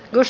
jos